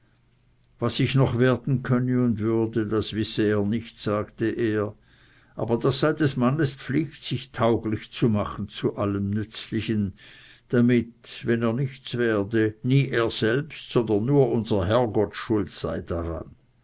was ich noch werden könne und würde das wisse er nicht sagte er aber das sei des mannes pflicht sich tauglich zu machen zu allem nützlichen damit wenn er nichts werde nie er selbst sondern nur unser herrgott schuld sei daran